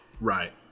right